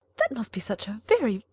that must be such a very,